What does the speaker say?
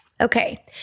Okay